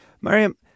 Mariam